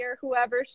whoever